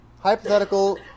Hypothetical